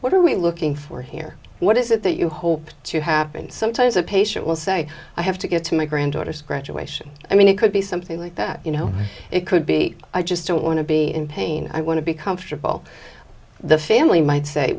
what are we looking for here what is it that you hope to happen sometimes a patient will say i have to get to my granddaughter's graduation i mean it could be something like that you know it could be i just don't want to be in pain i want to be comfortable the family might say